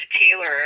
Taylor